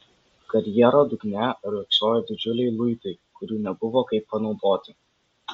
karjero dugne riogsojo didžiuliai luitai kurių nebuvo kaip panaudoti